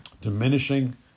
diminishing